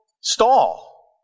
stall